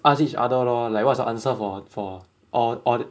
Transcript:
asks each other lor like what's the answer for for all all